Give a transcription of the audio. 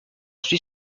suis